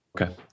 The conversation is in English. Okay